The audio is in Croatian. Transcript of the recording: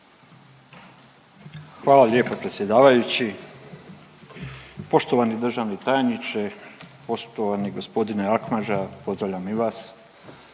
Hvala lijepo predsjedavajući. Poštovani državni tajniče, poštovani gospodine Akmadža, pozdravljam i vas.